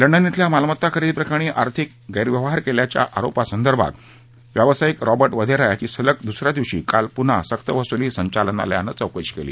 London धिल्या मालमत्ता खरेदी प्रकरणी आर्थिक गैरव्यवहार केल्याच्या आरोपा संदर्भात व्यावसायिक रॉबर्ट वधेरा यावी सलग दुसऱ्या दिवशी काल पुन्हा सक्त व्सुली संचालनालयानं चौकशी केली